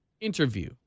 interview